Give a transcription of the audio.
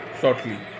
shortly